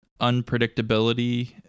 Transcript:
unpredictability